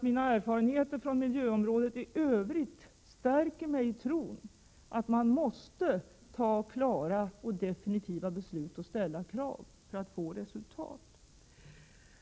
Mina erfarenheter från miljöområdet i övrigt stärker mig i tron att man måste fatta klara och definitiva beslut och ställa krav för att få resultat.